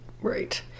Right